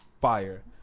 fire